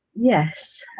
Yes